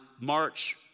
March